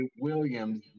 Williams